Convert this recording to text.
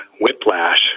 whiplash